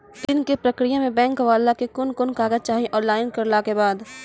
ऋण के प्रक्रिया मे बैंक वाला के कुन कुन कागज चाही, ऑनलाइन करला के बाद?